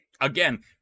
again